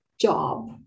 job